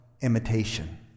imitation